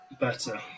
Better